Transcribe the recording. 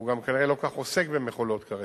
הוא גם כנראה לא כל כך עוסק במכולות כרגע,